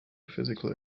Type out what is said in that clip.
physical